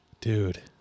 Dude